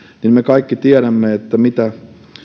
me kaikki tiedämme mitä